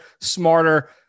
smarter